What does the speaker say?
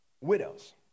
widows